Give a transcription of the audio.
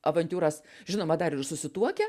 avantiūras žinoma dar ir susituokia